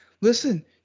Listen